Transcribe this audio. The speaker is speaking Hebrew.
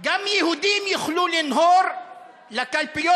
גם יהודים יוכלו לנהור לקלפיות